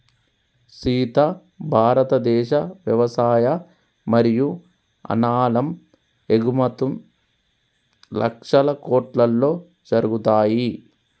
సీత భారతదేశ వ్యవసాయ మరియు అనాలం ఎగుమతుం లక్షల కోట్లలో జరుగుతాయి